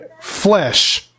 flesh